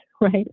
right